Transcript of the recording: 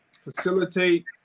facilitate